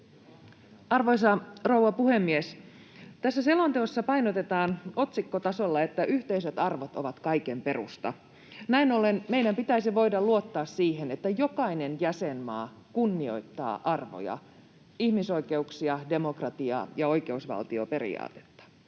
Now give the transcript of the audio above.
Arvoisa rouva puhemies! Tässä selonteossa painotetaan otsikkotasolla, että yhteiset arvot ovat kaiken perusta. Näin ollen meidän pitäisi voida luottaa siihen, että jokainen jäsenmaa kunnioittaa arvoja: ihmisoikeuksia, demokratiaa ja oikeusvaltioperiaatetta.